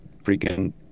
freaking